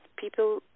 People